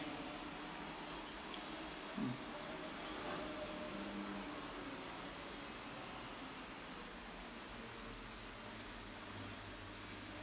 mm